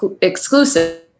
exclusive